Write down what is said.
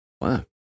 Wow